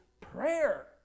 prayer